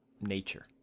nature